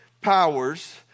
powers